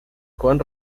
juan